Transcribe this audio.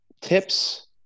tips